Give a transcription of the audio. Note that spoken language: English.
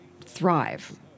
thrive